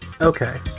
Okay